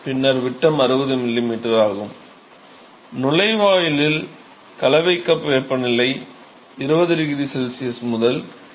பின்னர் விட்டம் 60 mm ஆகும் நுழைவாயிலில் கலவை கப் வெப்பநிலை 20 𝆩 C முதல் 80 𝆩 C வரை இருக்கும்